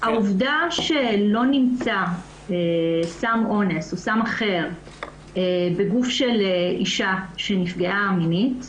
העובדה שלא נמצא סם אונס או סם אחר בגוף של אישה שנפגעה מינית,